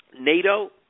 NATO